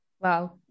Wow